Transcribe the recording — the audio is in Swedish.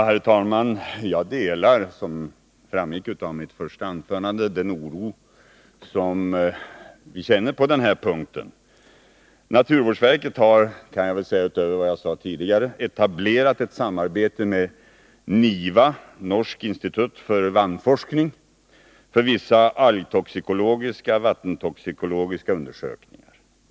Herr talman! Jag delar, som framgick av mitt svar, den oro som man känner på denna punkt. Jag kan tillägga, utöver vad jag tidigare sade, att naturvårdsverket har etablerat ett samarbete med NIVA, Norsk institutt for vannforskning, för vissa algtoxikologiska — vattentoxikologiska undersökningar.